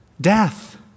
Death